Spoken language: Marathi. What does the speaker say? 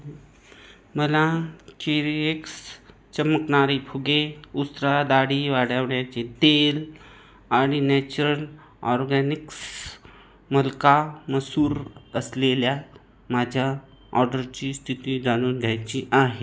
मला चेरीएक्स चमकणारे फुगे उस्त्रा दाढी वाढवण्याचे तेल आणि नेचर ऑर्गॅनिक्स मलका मसूर असलेल्या माझ्या ऑर्डरची स्थिती जाणून घ्यायची आहे